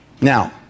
Now